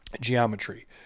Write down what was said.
geometry